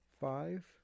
five